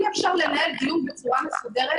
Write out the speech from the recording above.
אי אפשר לנהל דיון בצורה מסודרת